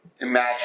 Imagine